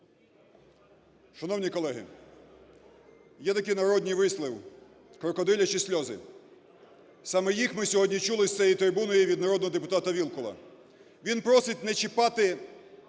Шановні колеги, є такий народний вислів "крокодилячі сльози", саме їх ми сьогодні чули з цієї трибуни і від народного депутата Вілкула. Він просить не чіпати